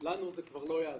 לנו זה כבר לא יעזור.